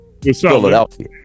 philadelphia